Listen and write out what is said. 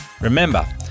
Remember